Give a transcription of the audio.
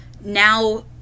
now